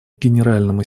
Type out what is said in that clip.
генеральному